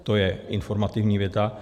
To je informativní věta.